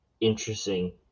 interesting